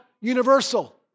universal